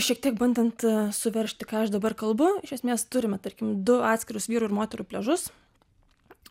šiek tiek bandant suveržti ką aš dabar kalbu iš esmės turime tarkim du atskirus vyrų ir moterų pliažus